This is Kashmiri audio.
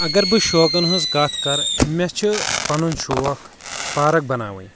اگر بہٕ شوقن ہٕنٛز کتھ کرٕ مےٚ چھِ پنُن شوق پارک بناوٕنۍ